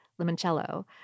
limoncello